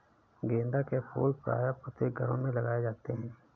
गेंदा के फूल प्रायः प्रत्येक घरों में लगाए जाते हैं